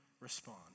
respond